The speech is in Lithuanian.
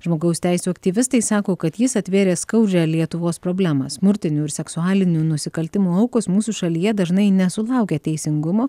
žmogaus teisių aktyvistai sako kad jis atvėrė skaudžią lietuvos problemą smurtinių ir seksualinių nusikaltimų aukos mūsų šalyje dažnai nesulaukia teisingumo